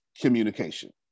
communication